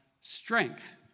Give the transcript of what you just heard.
strength